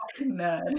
nerd